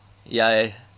ya